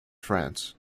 france